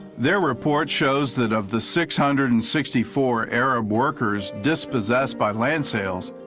their report shows that of the six hundred and sixty four arab workers dispossessed by land sales,